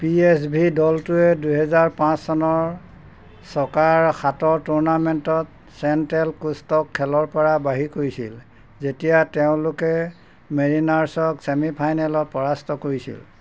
P S V দলটোৱে দুহেজাৰ পাঁচ চনৰ ছকাৰ সাঁতোৰ টুৰ্ণামেণ্টত চেণ্ট্ৰেল কোষ্টক খেলৰপৰা বাহিৰ কৰিছিল যেতিয়া তেওঁলোকে মেৰিনাৰ্ছক ছেমি ফাইনেলত পৰাস্ত কৰিছিল